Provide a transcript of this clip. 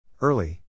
early